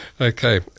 Okay